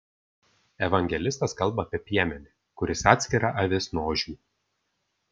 evangelistas kalba apie piemenį kuris atskira avis nuo ožių